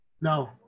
No